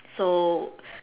so